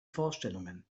vorstellungen